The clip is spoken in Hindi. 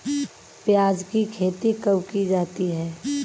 प्याज़ की खेती कब की जाती है?